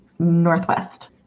Northwest